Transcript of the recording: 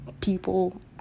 people